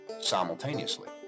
simultaneously